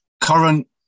current